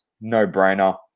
No-brainer